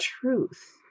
truth